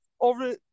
over